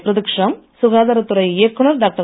பிரதிசஷா சுகாதாரத் துறை இயக்குனர் டாக்டர்